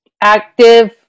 active